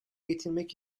getirmek